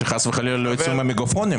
שחס וחלילה לא יצאו עם מגאפונים.